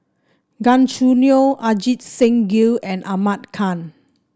Gan Choo Neo Ajit Singh Gill and Ahmad Khan